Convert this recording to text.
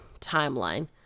timeline